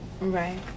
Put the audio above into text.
Right